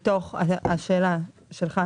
מתוך השאלה שלך,